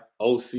OC